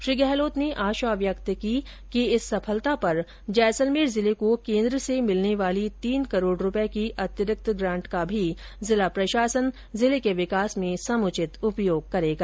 श्री गहलोत ने आशा व्यक्त की है कि इस सफलता पर जैसलमेर जिले को केन्द्र से मिलने वाली तीन करोड़ रुपये की अतिरिक्त ग्रांट का भी जिला प्रशासन जिले के विकास में समुचित उपयोग करेगा